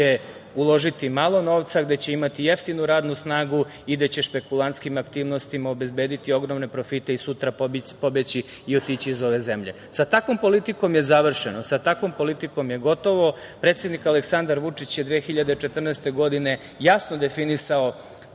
uložiti malo novca, gde će imati jeftinu radnu snagu i da će špekulantskim aktivnostima obezbediti ogromne profite i sutra pobeći i otići iz ove zemlje. Sa takvom politikom je završeno, sa takvom politikom je gotovo. Predsednik Aleksandar Vučić je 2014. godine jasno definisao